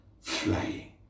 flying